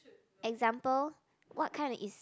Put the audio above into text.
example what kinda is